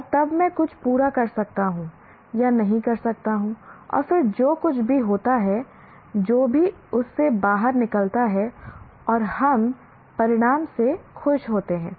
और तब मैं कुछ पूरा कर सकता हूं या नहीं कर सकता हूं और फिर जो कुछ भी होता है जो भी उस से बाहर निकलता है और हम परिणाम से खुश होते हैं